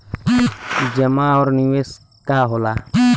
जमा और निवेश का होला?